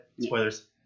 Spoilers